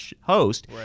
host